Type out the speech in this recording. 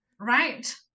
Right